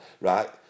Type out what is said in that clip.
right